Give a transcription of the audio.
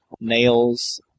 Nails